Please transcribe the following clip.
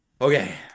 Okay